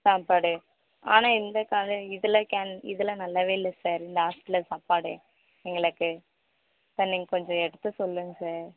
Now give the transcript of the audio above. சாப்பாடு ஆனால் இந்த காலே இதில் கேன் இதில் நல்லாவே இல்லை சார் இந்த ஹாஸ்ட்டலில் சாப்பாடே எங்களுக்கு சார் நீங்கள் கொஞ்சம் எடுத்து சொல்லுங்க சார்